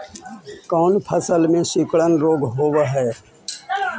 कोन फ़सल में सिकुड़न रोग होब है?